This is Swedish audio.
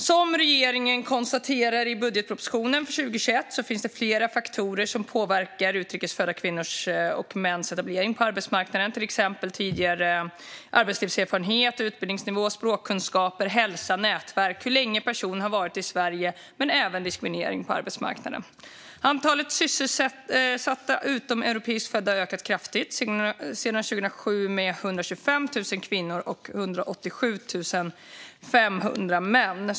Som regeringen konstaterar i budgetpropositionen för 2021 finns det flera faktorer som påverkar utrikes födda kvinnors och mäns etablering på arbetsmarknaden, exempelvis tidigare arbetslivserfarenhet, utbildningsnivå, språkkunskaper, hälsa, nätverk och hur länge personen har varit i Sverige men även diskriminering på arbetsmarknaden. Antalet sysselsatta utomeuropeiskt födda har ökat kraftigt, sedan 2007 med 125 000 kvinnor och 187 500 män.